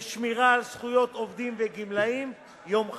בשמירה על זכויות עובדים וגמלאים, יום חג.